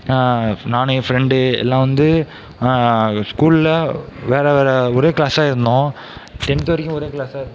நான் என் ஃபிரண்டு எல்லாம் வந்து ஸ்கூலில் வேறு வேறு ஒரே கிளாஸாக இருந்தோம் டென்த் வரைக்கும் ஒரே கிளாஸாக இருந்தோம்